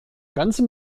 ganze